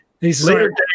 Later